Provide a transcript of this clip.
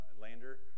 Lander